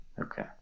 Okay